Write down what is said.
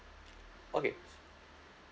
okay